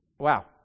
Wow